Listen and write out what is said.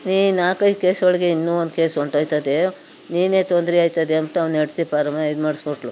ಈ ನಾಲ್ಕೈದು ಕೇಸ್ ಒಳಗೆ ಇನ್ನೂ ಒಂದು ಕೇಸ್ ಹೊರ್ಟೋಯ್ತದೆ ನೀನೇ ತೊಂದರೆ ಆಯ್ತದೆ ಅಂತ ಅವ್ನ ಹೆಂಡ್ತಿ ಫರ್ಮ ಇದ್ಮಾಡ್ಸ್ಕೊಟ್ಳು